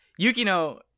Yukino